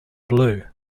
blue